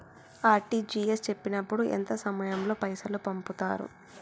RTGS చేసినప్పుడు ఎంత సమయం లో పైసలు పంపుతరు?